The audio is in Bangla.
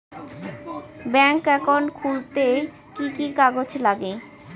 ব্যাঙ্ক একাউন্ট খুলতে কি কি কাগজ লাগে?